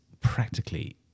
practically